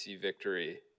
victory